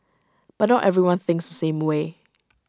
but not everyone thinks the same way